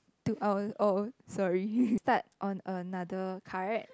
to our oh sorry start on another card